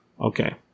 okay